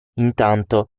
intanto